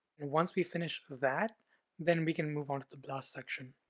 and once we finish that then we can move on to the blast section.